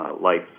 Life